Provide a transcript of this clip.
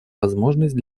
возможность